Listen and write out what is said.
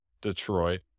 Detroit